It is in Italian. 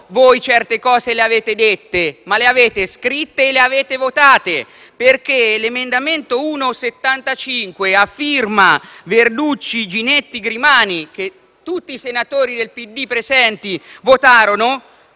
solo certe cose le avete dette, ma le avete scritte e le avete votate, perché l’emendamento 1.75 a firma Verducci, Ginetti, Grimani, che tutti i senatori del PD presenti votarono,